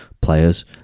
players